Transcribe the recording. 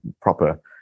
proper